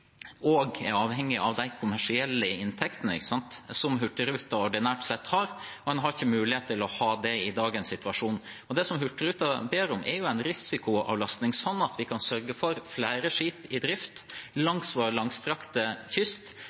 avhengig av de kommersielle inntektene som Hurtigruten har ordinært. Man har ikke mulighet til å ha det i dagens situasjon. Det som Hurtigruten ber om, er jo en risikoavlastning, sånn at vi kan sørge for flere skip i drift langs vår langstrakte kyst.